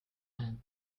man